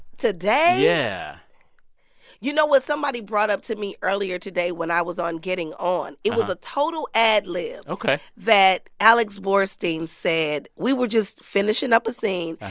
today? yeah you know what somebody brought up to me earlier today when i was on getting on. it was a total ad-lib. ok. that alex borstein said. we were just finishing up a scene.